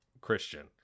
Christian